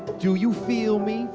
do you feel me?